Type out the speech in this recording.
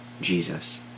Jesus